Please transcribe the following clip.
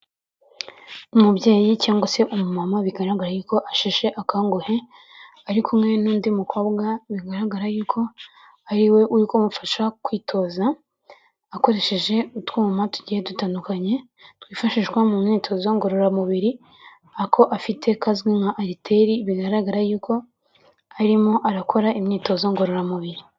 Umubyeyi cyangwa se umumama bigaragahi ko asheshe akanguhe, ari kumwe n'undi mukobwa bigaragara yuko ariwe uri kumufasha kwitoza akoresheje utwuma tugiye dutandukanye twifashishwa mu myitozo ngororamubiri, ako afite kazwi nka ariteri bigaragara yuko arimo arakora imyitozo ngororamubiri.